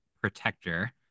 Protector